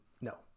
No